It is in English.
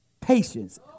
patience